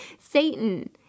Satan